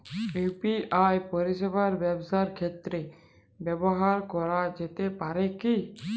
UPI পরিষেবা ব্যবসার ক্ষেত্রে ব্যবহার করা যেতে পারে কি?